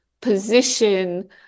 position